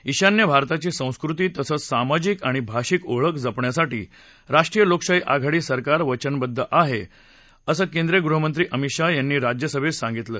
ईशान्य भारताची संस्कृती तसंच सामाजिक आणि भाषिक ओळख जपण्यासाठी रालोआ सरकार वचनबद्ध आहे असं केंद्रीय गृहमंत्री अमित शाह यांनी राज्यसभेत सांगितलं